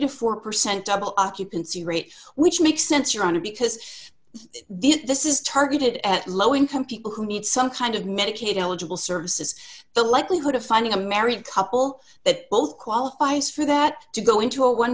to four percent double occupancy rate which makes sense around it because this is targeted at low income people who need some kind of medicaid eligible services the likelihood of finding a married couple that both qualifies for that to go into a one